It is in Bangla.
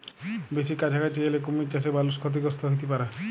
বেসি কাছাকাছি এলে কুমির চাসে মালুষ ক্ষতিগ্রস্ত হ্যতে পারে